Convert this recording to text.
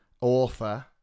author